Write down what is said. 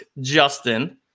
Justin